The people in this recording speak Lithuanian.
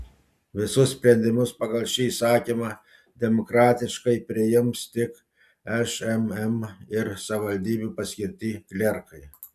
visus sprendimus pagal šį įsakymą demokratiškai priims tik šmm ir savivaldybių paskirti klerkai